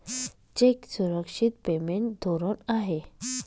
check सुरक्षित payment धोरण आहे